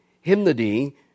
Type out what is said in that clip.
Hymnody